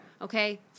Okay